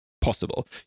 possible